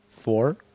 Four